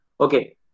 okay